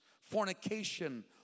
fornication